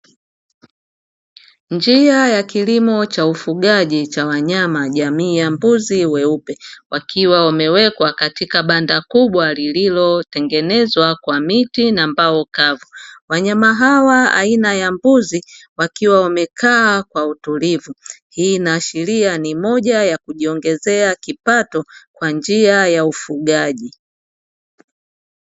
Njia ya kilimo cha ufugaji cha wanyama jamii ya mbuzi weupe, wakiwa wamewekwa katika banda kubwa lililotengenezwa kwa miti na mbao kavu. Wanyama hawa aina ya mbuzi, wakiwa wamekaa kwa utulivu hii inaashiria ni moja ya kujiongezea kipato kwa njia ya ufugaji.